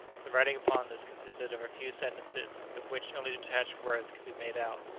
the writing upon this consisted of a few sentences, of which only detached words could be made out,